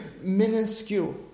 minuscule